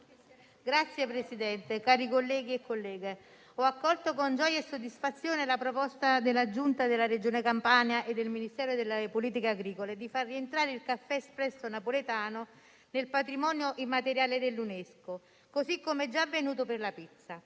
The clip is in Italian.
Signor Presidente, cari colleghi e care colleghe, ho accolto con gioia e soddisfazione la proposta della Giunta della Regione Campania e del Ministero delle politiche agricole, alimentari e forestali di far rientrare il caffè espresso napoletano nel patrimonio immateriale dell'UNESCO, così come già avvenuto per la pizza.